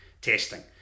testing